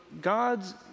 God's